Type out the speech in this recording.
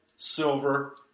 silver